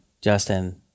Justin